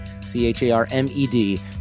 C-H-A-R-M-E-D